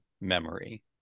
memory